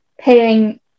paying